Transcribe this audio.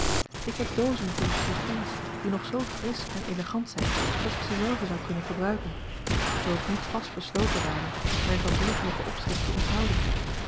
ik heb dozen vol chiffons die nog zoo frisch en elegant zijn dat ik ze zelve zou kunnen gebruiken zoo ik niet vast besloten ware mij van diergelijken opschik te onthouden